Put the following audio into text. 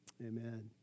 Amen